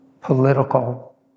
political